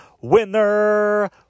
winner